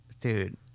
Dude